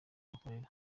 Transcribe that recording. bakorera